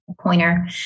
pointer